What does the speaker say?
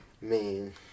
Man